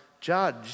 judge